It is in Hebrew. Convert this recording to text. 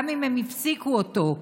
גם אם הם הפסיקו אותו,